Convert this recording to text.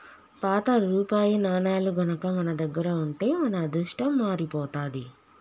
పాత రూపాయి నాణేలు గనక మన దగ్గర ఉంటే మన అదృష్టం మారిపోతాది